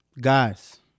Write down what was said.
Guys